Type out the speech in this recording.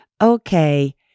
Okay